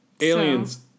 Aliens